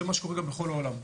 זה מה שקורה גם בכל העולם.